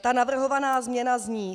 Ta navrhovaná změna zní: